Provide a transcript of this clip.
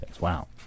Wow